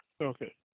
Okay